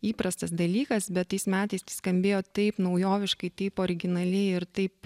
įprastas dalykas bet tais metais tai skambėjo taip naujoviškai taip originaliai ir taip